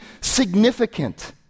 Significant